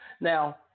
Now